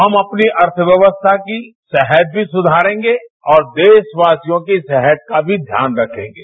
हम अपनी अर्थव्यवस्था की सेहत भी सुधारेंगे और देशवासियों की सेहत का भी ध्यान रखेंगे